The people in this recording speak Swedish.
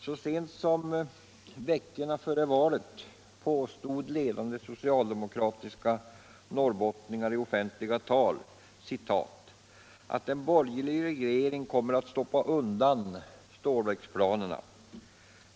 Så sent som veckorna före valet påstod ledande socialdemokratiska norrbottningar i offentliga tal att en borgerlig regering kommer att stoppa undan stålverksplanerna.